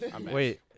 Wait